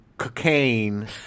Cocaine